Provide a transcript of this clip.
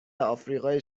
آفریقای